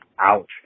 Ouch